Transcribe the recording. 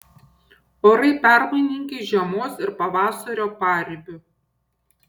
orai permainingi žiemos ir pavasario paribiu